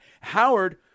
Howard –